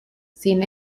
sin